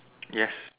yes